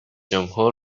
جمهور